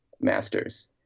master's